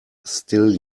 still